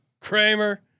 Kramer